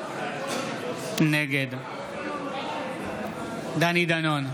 נגד דני דנון,